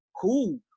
Cool